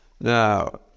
Now